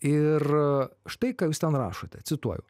ir štai ką jūs ten rašote cituoju